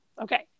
Okay